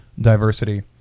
diversity